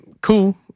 cool